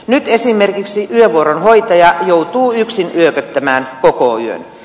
nyt esimerkiksi yövuoron hoitaja joutuu yksin yököttämään koko yön